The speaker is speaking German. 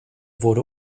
wurde